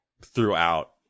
throughout